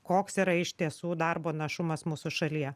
koks yra iš tiesų darbo našumas mūsų šalyje